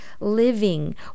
living